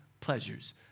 pleasures